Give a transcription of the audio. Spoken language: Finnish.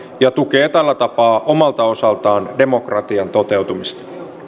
ja tukee tällä tapaa omalta osaltaan de mok ratian toteutumista